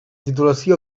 titulació